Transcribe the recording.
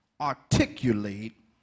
articulate